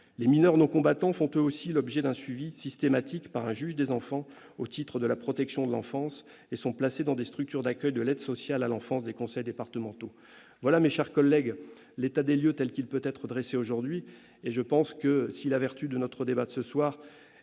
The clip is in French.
Les mineurs non combattants font eux aussi l'objet d'un suivi systématique par un juge des enfants au titre de la protection de l'enfance et sont placés dans des structures d'accueil de l'aide sociale à l'enfance des conseils départementaux. Tel est, mes chers collègues, l'état des lieux qui peut être dressé. Notre débat de ce soir